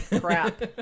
crap